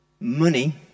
Money